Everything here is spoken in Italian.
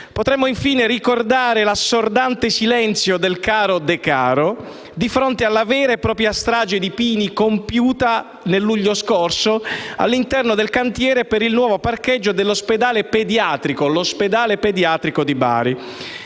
Potremmo infine ricordare l'assordante silenzio del caro Decaro di fronte alla vera e propria strage di pini compiuta nel luglio scorso all'interno del cantiere per il nuovo parcheggio dell'ospedale pediatrico di Bari.